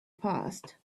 passed